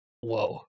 whoa